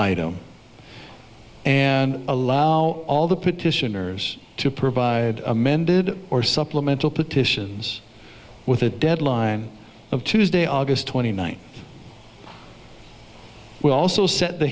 item and allow all the petitioners to provide amended or supplemental petitions with a deadline of tuesday august twenty ninth we also set the